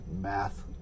math